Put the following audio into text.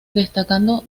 destacando